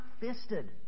fisted